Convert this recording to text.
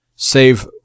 save